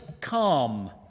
calm